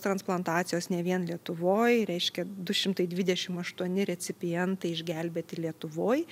transplantacijos ne vien lietuvoj reiškia du šimtai dvidešimt aštuoni recipientai išgelbėti lietuvoj